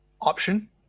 option